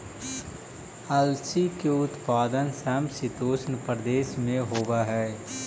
अलसी के उत्पादन समशीतोष्ण प्रदेश में होवऽ हई